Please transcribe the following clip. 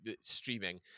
streaming